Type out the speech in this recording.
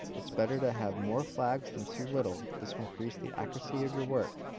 it's better to have more flags than too little, this will increase the accuracy of your work.